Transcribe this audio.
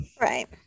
Right